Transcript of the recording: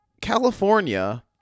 California